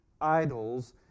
idols